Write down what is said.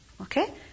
Okay